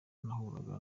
nahuraga